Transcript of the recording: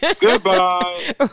Goodbye